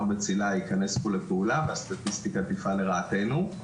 בצילה ייכנס פה לפעולה והסטטיסטיקה תפעל פה לרעתנו.